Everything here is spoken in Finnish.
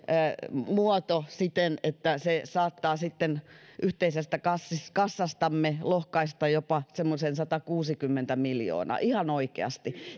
muoto siten että se saattaa sitten yhteisestä kassastamme kassastamme lohkaista jopa semmoisen satakuusikymmentä miljoonaa ihan oikeasti